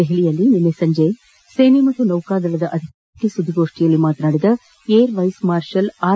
ದೆಹಲಿಯಲ್ಲಿ ನಿನ್ನೆ ಸಂಜೆ ಸೇನೆ ಮತ್ತು ನೌಕಾದಳದ ಅಧಿಕಾರಿಗಳೊಂದಿಗೆ ಜಂಟಿ ಸುದ್ಗೋಡ್ಡಿಯಲ್ಲಿ ಮಾತನಾದಿದ ಏರ್ ವೈಸ್ ಮಾರ್ಷಲ್ ಆರ್